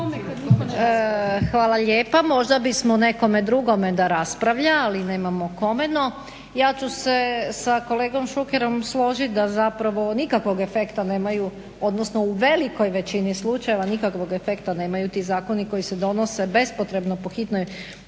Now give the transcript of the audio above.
Hvala lijepa. Možda bismo nekome drugome da raspravlja, ali nemamo kome. No ja ću se sa kolegom Šukerom složit da zapravo nikakvog efekta nemaju, odnosno u velikoj većini slučajeva nikakvog efekta nemaju ti zakoni koji se donose bespotrebno po hitnoj